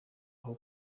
aho